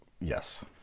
Yes